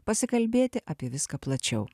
pasikalbėti apie viską plačiau